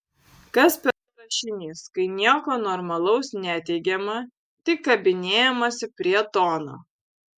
kas per rašinys kai nieko normalaus neteigiama tik kabinėjamasi prie tono